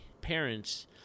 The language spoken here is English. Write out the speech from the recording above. parents